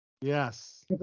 yes